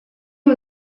aux